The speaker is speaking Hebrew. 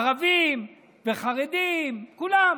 ערבים וחרדים, כולם.